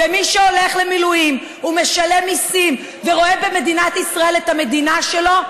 ומי שהולך למילואים ומשלם מיסים ורואה במדינת ישראל את המדינה שלו,